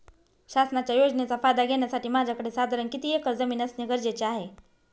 शासनाच्या योजनेचा फायदा घेण्यासाठी माझ्याकडे साधारण किती एकर जमीन असणे गरजेचे आहे?